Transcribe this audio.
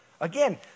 Again